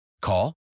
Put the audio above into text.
Call